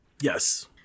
Yes